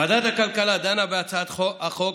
ועדת הכלכלה דנה בהצעת החוק